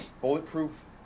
bulletproof